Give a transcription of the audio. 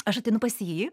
aš ateinu pas jį